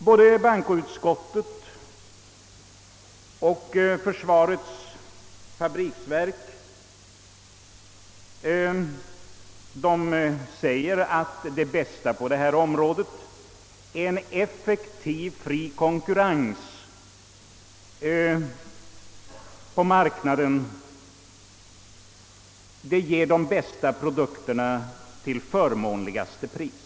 Både utskottet och försvarets fabriksverk uttalar att det bästa på detta område är effektiv fri konkurrens på marknaden; det ger de bästa produkterna till förmånligaste pris.